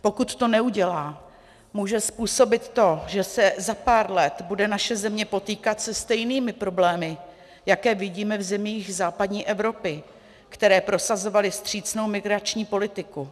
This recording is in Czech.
Pokud to neudělá, může způsobit to, že se za pár let bude naše země potýkat se stejnými problémy, jaké vidíme v zemích západní Evropy, které prosazovaly vstřícnou migrační politiku.